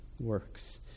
works